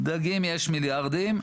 דגים יש מיליארדים.